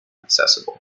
accessible